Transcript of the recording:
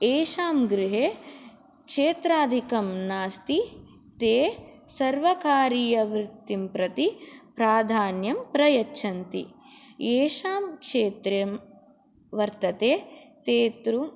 येषां गृहे क्षेत्राधिकं नास्ति ते सर्वकारीयवृत्तिं प्रति प्राधान्यम् प्रयच्छन्ति येषां क्षेत्रं वर्तते ते तु